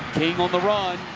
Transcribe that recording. king on the run.